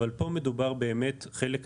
אבל פה מדובר בחלק מהאנשים,